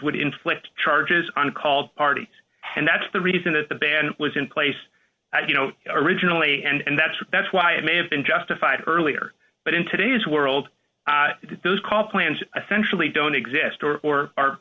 would inflict charges on called parties and that's the reason that the ban was in place you know originally and that's that's why it may have been justified earlier but in today's world those call plans essentially don't exist or